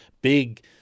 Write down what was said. Big